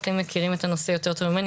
אתם מכירים את הנושא יותר טוב ממני,